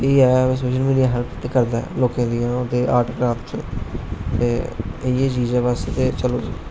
एह् है social media help ते करदा आर्ट कराफ्ट च ते इये चीज चलो जी